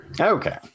Okay